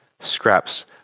scraps